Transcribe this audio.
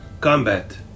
combat